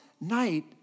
night